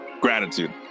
gratitude